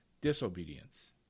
disobedience